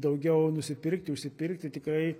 daugiau nusipirkti užsipirkti tikrai